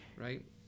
right